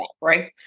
right